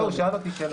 הוא שאל אותי שאלה.